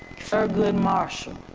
thurgood marshall,